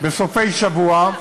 בסופי שבוע,